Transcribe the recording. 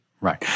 right